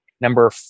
Number